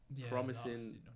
promising